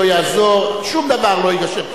לא יעזור, שום דבר לא יגשר.